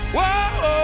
Whoa